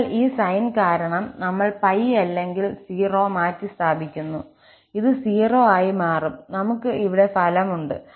അതിനാൽ ഈ സൈൻ കാരണം നമ്മൾ 𝜋 അല്ലെങ്കിൽ 0 മാറ്റിസ്ഥാപിക്കുന്നു ഇത് 0 ആയി മാറും നമുക്ക് ഇവിടെ ഫലം ഉണ്ട്